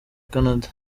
canada